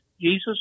Jesus